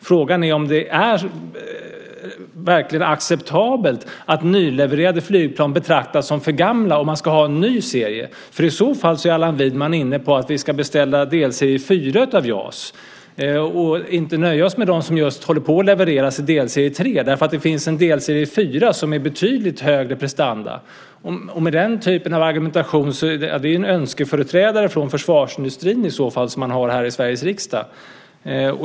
Frågan är om det verkligen är acceptabelt att nylevererade flygplan betraktas som för gamla och att man ska ha en ny serie. I så fall är Allan Widman inne på att vi ska beställa delserie 4 av JAS och inte nöja oss med dem som just nu håller på att levereras av delserie 3 därför att det finns en delserie 4 som har en betydligt högre prestanda. Med den typen av argumentation har vi i så fall en önskeföreträdare för försvarsindustrin i Sveriges riksdag.